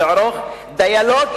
ולערוך דיאלוג,